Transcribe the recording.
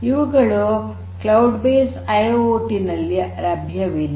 ಇವುಗಳು cloud based IIOT ನಲ್ಲಿ ಲಭ್ಯವಿಲ್ಲ